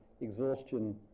exhaustion